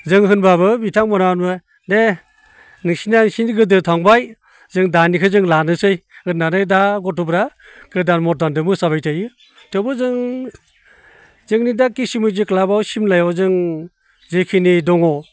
जों होनबाबो बिथांमोनहा दे नोंसोरनिया एसे गोदो थांबाय जों दानिखौ जों लानोसै होननानै दा गथ'फ्रा गोदान मदार्नजों मोसाबाय थायो थेवबो जों जोंनि दा के सि मिउजिक क्लाबआव सिमलायाव जों जेखिनि दङ